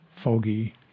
foggy